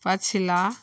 पछिला